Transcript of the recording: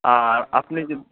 আর আপনি যে